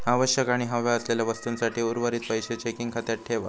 आवश्यक आणि हव्या असलेल्या वस्तूंसाठी उर्वरीत पैशे चेकिंग खात्यात ठेवा